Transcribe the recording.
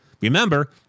Remember